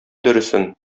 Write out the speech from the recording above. дөресен